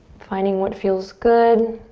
finding what feels good.